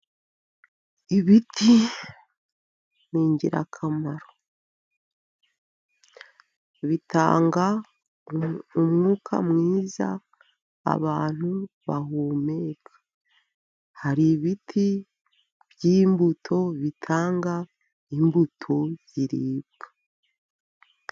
Ibiti ni ingirakamaro bitanga umwuka mwiza abantu bahumeka. Hari ibiti by'imbuto bitanga imbuto ziribwa.